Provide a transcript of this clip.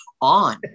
on